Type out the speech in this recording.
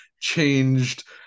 changed